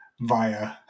via